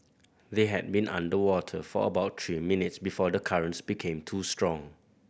they had been underwater for about three minutes before the currents became too strong